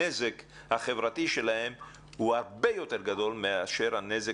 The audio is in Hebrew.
הנזק החברתי שלהם הוא הרבה יותר גדול מאשר הנזק